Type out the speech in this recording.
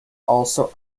also